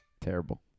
Terrible